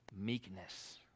meekness